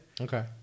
Okay